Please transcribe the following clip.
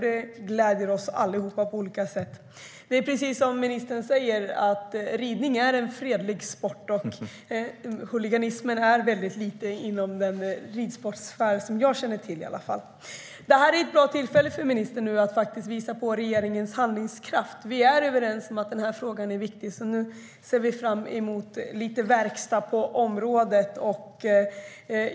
Det gläder oss allihop på olika sätt. Det här är ett bra tillfälle för ministern att visa på regeringens handlingskraft. Vi är överens om att frågan är viktig. Nu ser vi fram emot lite verkstad på området.